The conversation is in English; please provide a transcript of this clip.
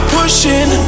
Pushing